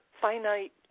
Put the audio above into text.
finite